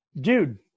dude